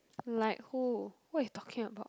like who who you talking about